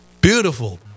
beautiful